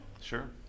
Sure